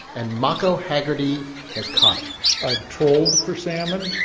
and mako haggerty has caught it i've trolled for salmon.